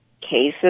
cases